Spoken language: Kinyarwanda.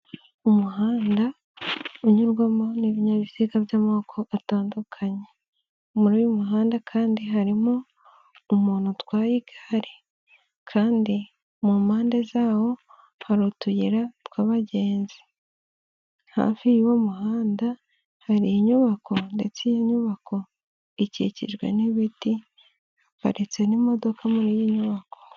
Umuhanda unyurwamo n'ibinyabiziga by'amoko atandukanye. Muri uyu muhanda kandi harimo umuntu utwaye igare kandi mu mpande zawo hari utuyira tw'abagenzi. Hafi yuwo muhanda hari inyubako ndetse iyo nyubako ikikijwe n'ibiti haparitse n'imodoka muri iyi nyubako.